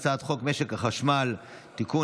הצעת חוק משק החשמל (תיקון,